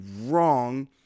wrong